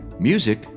Music